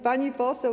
Pani Poseł!